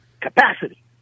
capacity